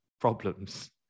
problems